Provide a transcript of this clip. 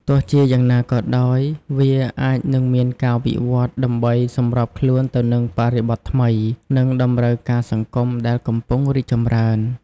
ទោះជាយ៉ាងណាក៏ដោយ វាអាចនឹងមានការវិវឌ្ឍន៍ដើម្បីសម្របខ្លួនទៅនឹងបរិបទថ្មី និងតម្រូវការសង្គមដែលកំពុងរីកចម្រើន។